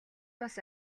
бас